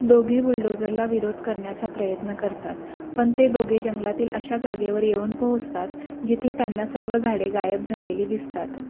दोघे बुलडोजरला विरोध करण्याचा प्रयत्न करतात पण ते दोघे जंगलातील अशा जागेवर येऊन पोहोचतात जिथे त्यांना सर्व झाडे गायब झालेली दिसतात